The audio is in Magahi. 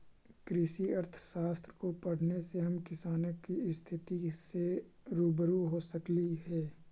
कृषि अर्थशास्त्र को पढ़ने से हम किसानों की स्थिति से रूबरू हो सकली हे